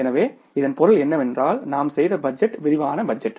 எனவே இதன் பொருள் என்னவென்றால் நாம் செய்த பட்ஜெட் விரிவான பட்ஜெட்